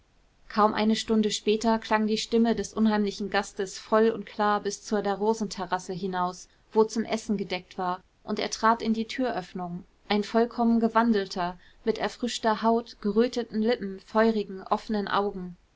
kaum eine stunde später klang die stimme des unheimlichen gastes voll und klar bis zu der rosenterrasse hinaus wo zum essen gedeckt war und er trat in die türöffnung ein vollkommen gewandelter mit erfrischter haut geröteten lippen feurigen offenen augen